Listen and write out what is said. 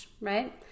right